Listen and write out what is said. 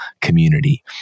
community